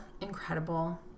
incredible